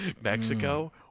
Mexico